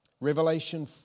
Revelation